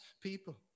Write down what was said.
people